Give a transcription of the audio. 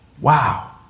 Wow